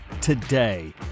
today